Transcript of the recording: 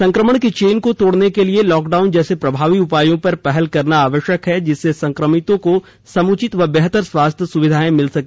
संक्रमण की चेन को तोड़ने के लिए लॉकडाउन जैसे प्रभावी उपायों पर पहल करना जरूरी है जिससे संक्रमितों को समुचित व बेहतर स्वास्थ्य सुविधाएं मिल सके